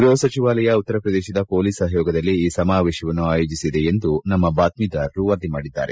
ಗ್ಬಹ ಸಚಿವಾಲಯ ಉತ್ತರ ಪ್ರದೇಶದ ಪೊಲೀಸ್ ಸಹಯೋಗದಲ್ಲಿ ಈ ಸಮಾವೇಶವನ್ನು ಆಯೋಜಿಸಿದೆ ಎಂದು ನಮ್ಮ ಬಾತ್ಟೀದಾರರು ವರದಿ ಮಾಡಿದ್ದಾರೆ